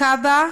כב"ה